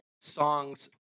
songs